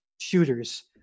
shooters